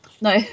No